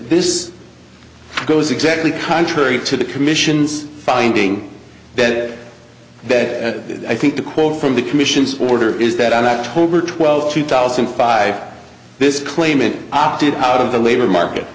this goes exactly contrary to the commission's finding that bed i think the quote from the commission's order is that on october twelfth two thousand and five this claimant opted out of the labor market